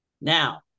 Now